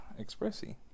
Expressy